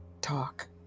talk